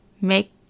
make